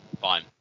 Fine